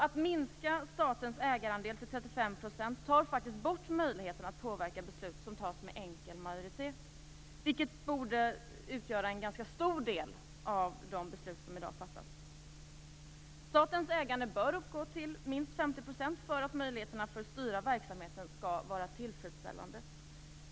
Att minska statens ägarandel till 35 % tar bort möjligheten att påverka beslut som tas med enkel majoritet, vilket borde utgöra en ganska stor del av de beslut som i dag fattas. Statens ägande bör uppgå till minst 50 % för att möjligheterna att styra verksamheten skall vara tillfredsställande.